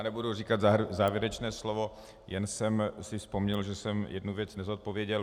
Nebudu říkat závěrečné slovo, jen jsem si vzpomněl, že jsem jednu věc nezodpověděl.